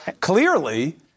clearly—